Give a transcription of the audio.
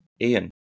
Ian